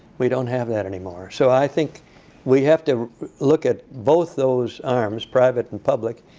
we don't have that anymore. so i think we have to look at both those arms, private and public.